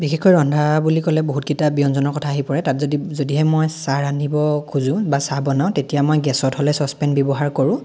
বিশেষকৈ ৰন্ধা বুলি ক'লে বহুতকিটা ব্যঞ্জনৰ কথা আহি পৰে তাত যদি যদিহে মই চাহ ৰান্ধিব খোজো বা চাহ বনাওঁ তেতিয়া মই গেছত হ'লে চচ পেন ব্যৱহাৰ কৰোঁ